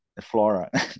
Flora